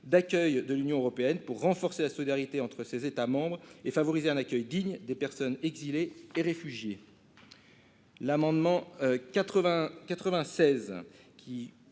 d'accueil de l'Union européenne pour renforcer la solidarité entre ses États membres et favoriser un accueil digne des personnes exilées et réfugiées. L'amendement n° 96,